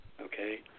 Okay